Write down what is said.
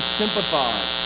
sympathize